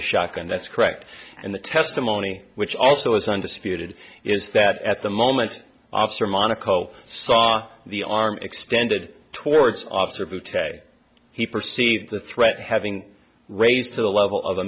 the shock and that's correct and the testimony which also is undisputed is that at the moment officer monaco saw the arm extended towards officer he perceived the threat having raised to the level of